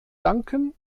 danken